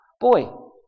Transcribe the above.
Boy